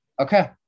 Okay